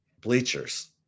bleachers